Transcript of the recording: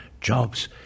jobs